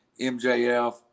MJF